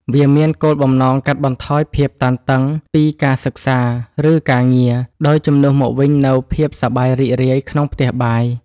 វាមានគោលបំណងកាត់បន្ថយភាពតានតឹងពីការសិក្សា ឬការងារ ដោយជំនួសមកវិញនូវភាពសប្បាយរីករាយក្នុងផ្ទះបាយ។